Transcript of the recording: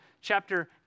chapter